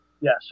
Yes